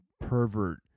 pervert